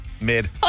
mid